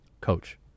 coach